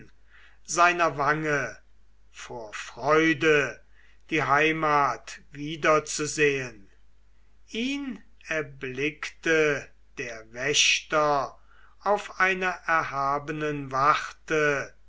seiner wange vor freude die heimat wiederzusehen ihn erblickte der wächter auf einer erhabenen warte